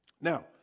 Now